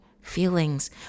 feelings